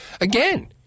Again